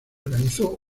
organizó